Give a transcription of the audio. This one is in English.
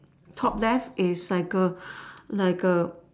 top left is like a like A